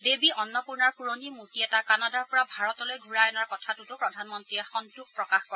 দেৱী অন্নপূন্নাৰ পুৰণি মূৰ্তি এটা কানাডাৰ পৰা ভাৰতলৈ ঘূৰাই অনাৰ কথাটোতো প্ৰধানমন্ত্ৰীয়ে সন্তোষ প্ৰকাশ কৰে